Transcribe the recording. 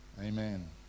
Amen